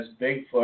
Bigfoot